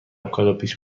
کادوپیچ